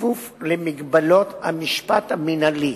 כפוף למגבלות המשפט המינהלי,